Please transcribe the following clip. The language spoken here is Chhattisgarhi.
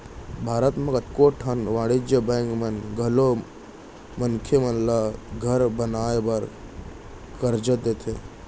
भारत म कतको ठन वाणिज्य बेंक मन घलौ मनसे मन ल घर बनाए बर करजा देथे